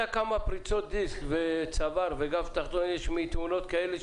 כמה פריצות גב וצוואר יש מתאונות כאלה,